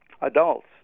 adults